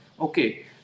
Okay